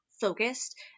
focused